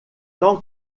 tant